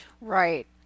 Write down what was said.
Right